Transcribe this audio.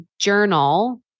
journal